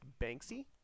Banksy